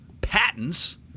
patents